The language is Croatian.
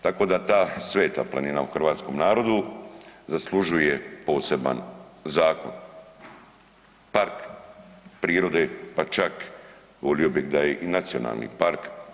Tako da ta sveta planina u hrvatskom narodu zaslužuje poseban zakon, park prirode, pa čak volio bih da je i nacionalni park.